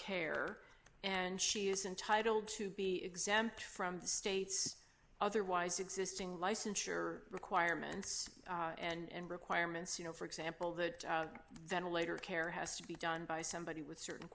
care and she is entitle to be exempt from the state's otherwise existing licensure requirements and requirements you know for example the ventilator care has to be done by somebody with certain